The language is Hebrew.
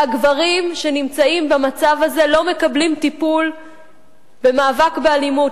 הגברים שנמצאים במצב הזה לא מקבלים טיפול למאבק באלימות,